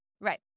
Right